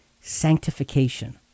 sanctification